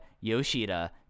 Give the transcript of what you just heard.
Yoshida